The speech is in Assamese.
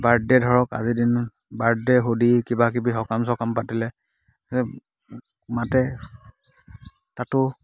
বাৰ্থদে ধৰক আজি দিনত বাৰ্থদে শুদি কিবা কিবি সকাম চকাম পাতিলে মাতে তাতো